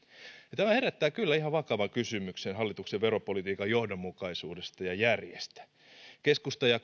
ja tämä herättää kyllä ihan vakavan kysymyksen hallituksen veropolitiikan johdonmukaisuudesta ja järjestä keskusta ja